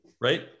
right